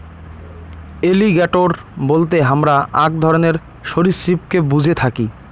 alligator বলতে হামরা আক ধরণের সরীসৃপকে বুঝে থাকি